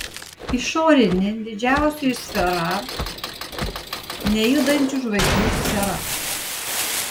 išorinė didžiausioji sfera nejudančių žvaigždžių sfera